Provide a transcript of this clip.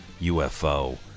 UFO